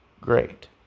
great